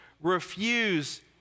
refuse